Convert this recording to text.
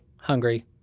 hungry